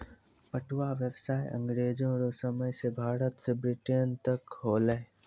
पटुआ व्यसाय अँग्रेजो रो समय से भारत से ब्रिटेन तक होलै